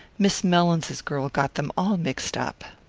miss mellins's girl got them all mixed up.